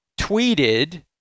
tweeted